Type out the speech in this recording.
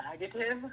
Negative